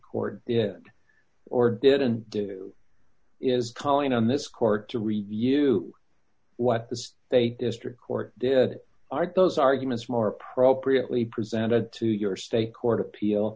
court or didn't do is calling on this court to review what is a district court aren't those arguments more appropriately presented to your state court appeal